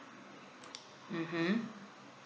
mmhmm